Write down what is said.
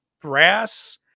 brass